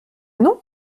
non